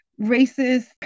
racist